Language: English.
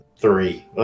Three